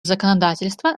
законодательство